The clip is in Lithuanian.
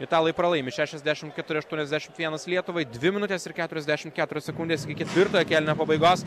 italai pralaimi šešiasdešimt keturi aštuoniasdešimt vienas lietuvai dvi minutės ir keturiasdešimt keturios sekundės iki ketvirtojo kėlinio pabaigos